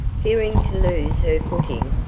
fearing to lose her footing,